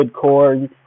core